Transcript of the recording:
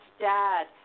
Dad